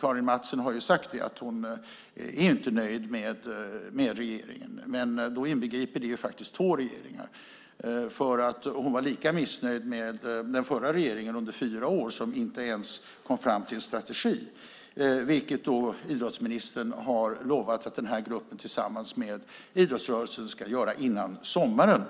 Karin Mattsson har ju sagt att hon inte är nöjd med regeringen. Då inbegriper det faktiskt två regeringar. Hon var lika missnöjd med den förra regeringen som under fyra år inte ens kom fram till en strategi, vilket idrottsministern har lovat att den här gruppen tillsammans med idrottsrörelsen ska göra före sommaren.